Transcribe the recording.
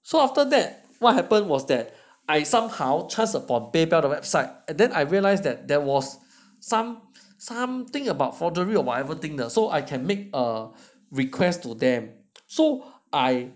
so after that what happened was that I somehow chanced upon Paypal 的 website and then I realized that there was some something about forgery or whatever thing 的 so I can make a request to them so I